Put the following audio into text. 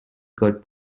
got